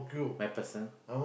MacPherson